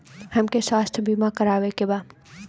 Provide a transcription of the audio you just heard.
हमके स्वास्थ्य बीमा करावे के बा?